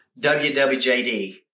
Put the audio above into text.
WWJD